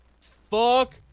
Fuck